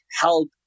help